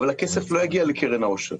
אבל הכסף לא יגיע לקרן העושר,